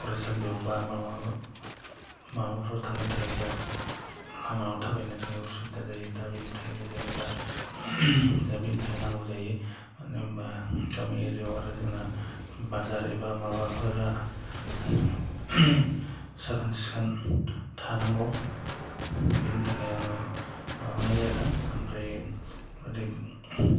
फरायसालियाव एबा माबाफोराव थांनो थाखाय जों लामायाव थाबायनो थाखाय असुबिदा जायो दा बेनि थाखायनो जों दा बेनि थाखायनो नांगौ जायो मानो होनब्ला जायो गामि एरियायाव आरो जोंना बाजार एबा माबाफोरा साखोन सिखोन थानांगौ बेनि थाखाय आङो माबानाय जादों ओमफ्राय ओरै